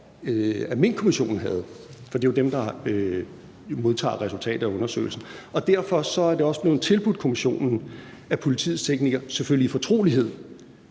Minkkommissionen? For det er jo dem, der modtager resultatet af undersøgelsen. Og derfor er det også blevet tilbudt kommissionen, at politiets teknikere – selvfølgelig i fortrolighed